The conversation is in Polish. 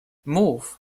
mów